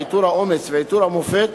עיטור האומץ ועיטור המופת